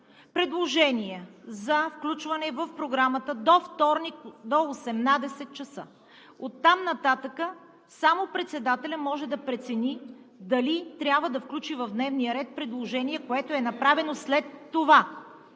предложения за включване в програмата до вторник – 18,00 часа. Оттам нататък само председателят може да прецени дали трябва да включи в дневния ред предложение, което е направено след това.